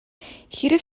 хэрэв